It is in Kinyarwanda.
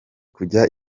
kujya